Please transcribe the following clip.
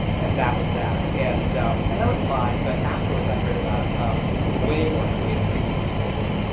and that was that. and and that was fine, but afterwards i heard about um way more creative things that people did.